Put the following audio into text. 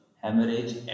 hemorrhage